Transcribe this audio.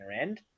end